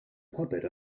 puppet